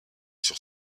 sur